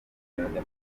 iharanira